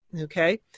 okay